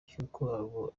cy’uko